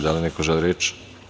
Da li neko želi reč?